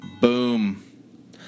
Boom